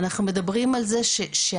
אנחנו מדברים על זה שהתפיסה